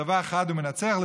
צבא חד ומנצח,